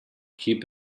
keep